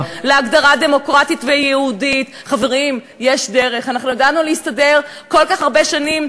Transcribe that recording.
באמצעות הדיאלוג בין מדינת ישראל לבין המדינות הללו,